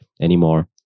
anymore